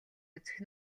үзэх